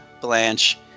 blanche